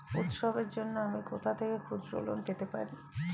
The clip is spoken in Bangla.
উৎসবের জন্য আমি কোথা থেকে ক্ষুদ্র লোন পেতে পারি?